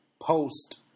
post